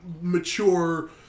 mature